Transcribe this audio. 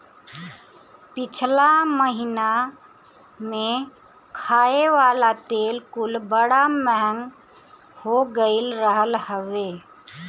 पिछला महिना में खाए वाला तेल कुल बड़ा महंग हो गईल रहल हवे